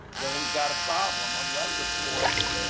then we've got a problem unless of course